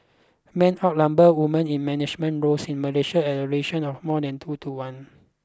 men outnumber women in management roles in Malaysia at a ration of more than two to one